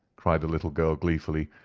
cried the little girl gleefully,